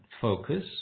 focus